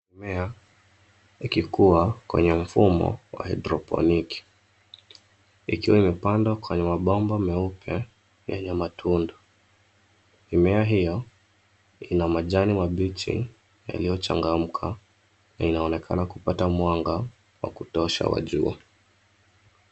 Mmea ikikuwa kwenye mfumo wa haidroponiki ikiwa imepandwa kwenye mabomba meupe yenye matundu. Mimea hiyo ina majani mabichi yaliyochangamka na inaonekana kupata mwanga wa kutosha wa jua.